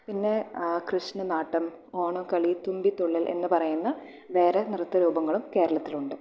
പിന്നെ കൃഷ്ണനാട്ടം ഓണക്കളി തുമ്പി തുള്ളൽ എന്ന് പറയുന്ന വേറെ നൃത്ത രൂപങ്ങളും കേരളത്തിലുണ്ട്